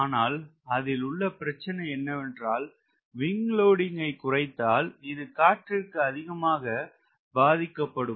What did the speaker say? ஆனால் அதில் உள்ள பிரச்சினை என்னவென்றால் WS குறைந்தால் இது காற்றிற்கு அதிகமாக பாதிக்கப்படும்